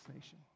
nation